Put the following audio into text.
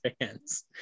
fans